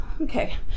okay